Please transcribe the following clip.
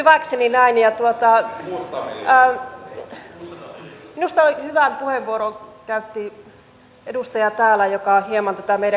minusta hyvän puheenvuoron käytti edustaja täällä joka hieman tätä meidän keskustelutyyliämme